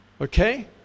Okay